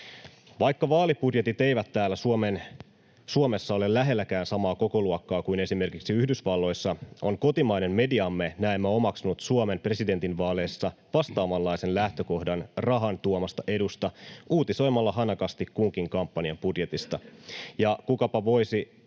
Vaikka vaalibudjetit eivät täällä Suomessa ole lähelläkään samaa kokoluokkaa kuin esimerkiksi Yhdysvalloissa, on kotimainen mediamme näemmä omaksunut Suomen presidentinvaaleissa vastaavanlaisen lähtökohdan rahan tuomasta edusta uutisoimalla hanakasti kunkin kampanjabudjetista,